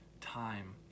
time